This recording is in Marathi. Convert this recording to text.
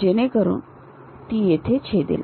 जेणेकरून ती येथे छेदेल